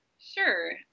Sure